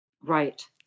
Right